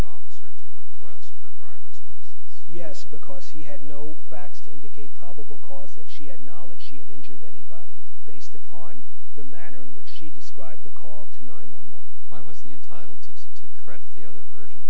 officer to request her driver's license yes because he had no facts to indicate probable cause that she had knowledge she had injured anybody based upon the manner in which she described the call to nine one one why was the entitled to to credit the other version